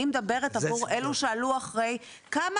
אני מדברת על אלו שעלו אחרי - כמה